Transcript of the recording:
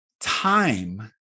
time